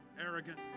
arrogant